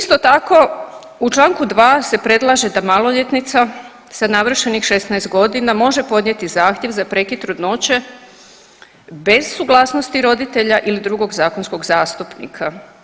Isto tako, u čl. 2 se predlaže da maloljetnica sa navršenih 16 godina može podnijeti zahtjev za prekid trudnoće bez suglasnosti roditelja ili drugog zakonskog zastupnika.